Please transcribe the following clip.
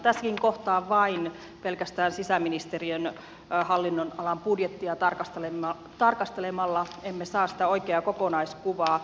tässäkin kohtaa pelkästään sisäministeriön hallinnonalan budjettia tarkastelemalla emme saa sitä oikeaa kokonaiskuvaa